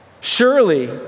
Surely